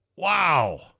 Wow